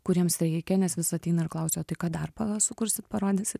kuriems reikia nes vis ateina ir klausia o tai ką dar pa sukursit parodysit